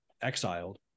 exiled